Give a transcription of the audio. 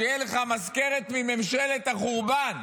שתהיה לך מזכרת מממשלת החורבן.